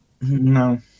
No